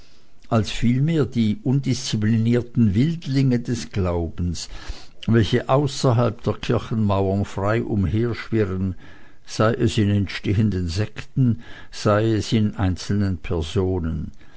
als vielmehr die undisziplinierten wildlinge des glaubens welche außerhalb der kirchenmauern frei umherschwirren sei es in entstehenden sekten sei es in einzelnen personen